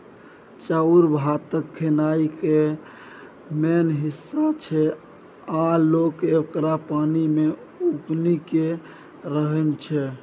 चाउर भारतक खेनाइ केर मेन हिस्सा छै आ लोक एकरा पानि मे उसनि केँ रान्हय छै